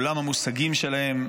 עולם המושגים שלהם,